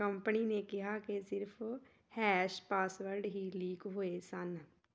company ਨੇ ਕਿਹਾ ਕਿ ਸਿਰਫ ਹੈਸ਼ ਪਾਸਵਰਡ ਹੀ ਲੀਕ ਹੋਏ ਸਨ